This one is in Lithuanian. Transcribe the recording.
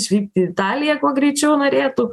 išvykti į italiją kuo greičiau norėtų